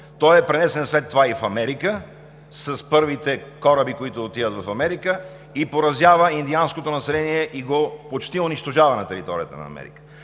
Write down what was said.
той е пренесен след това и в Америка с първите кораби, които отиват в Америка, и поразява индианското население и почти го унищожава на територията на Америка.